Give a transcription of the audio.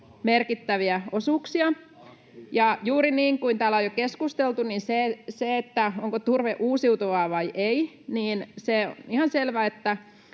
merkittäviä osuuksia. Juuri niin kuin täällä on jo keskusteltu siitä, onko turve uusiutuvaa vai ei, on ihan selvää, että